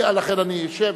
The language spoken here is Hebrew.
לכן אני אשב.